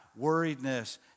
worriedness